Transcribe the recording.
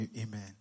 Amen